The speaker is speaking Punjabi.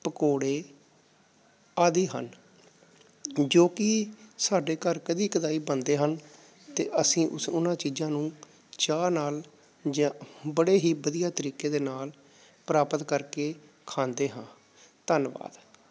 ਪਕੌੜੇ ਆਦਿ ਹਨ ਜੋ ਕਿ ਸਾਡੇ ਘਰ ਕਦੀ ਕਦਾਈ ਬਣਦੇ ਹਨ ਅਤੇ ਅਸੀਂ ਉਸ ਉਨ੍ਹਾਂ ਚੀਜ਼ਾਂ ਨੂੰ ਚਾਹ ਨਾਲ ਜਾਂ ਬੜੇ ਹੀ ਵਧੀਆ ਤਰੀਕੇ ਦੇ ਨਾਲ ਪ੍ਰਾਪਤ ਕਰਕੇ ਖਾਂਦੇ ਹਾਂ ਧੰਨਵਾਦ